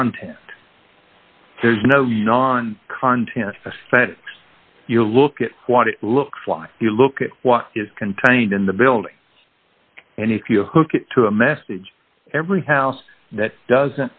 content there's no on content that you look at what it looks like you look at what is contained in the building and if you hook it to a message every house that does